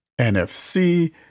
NFC